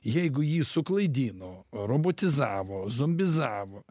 jeigu jį suklaidino robotizavo zombizavo